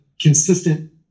consistent